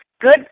good